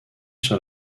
sur